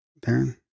darren